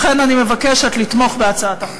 לכן אני מבקשת לתמוך בהצעת החוק.